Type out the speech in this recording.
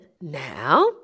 now